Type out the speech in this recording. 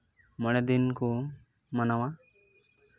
ᱢᱚᱬᱮ ᱫᱤᱱ ᱠᱚ ᱢᱟᱱᱟᱣᱟ